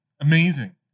Amazing